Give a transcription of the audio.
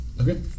Okay